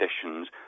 conditions